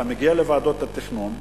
אתה מגיע לוועדות התכנון,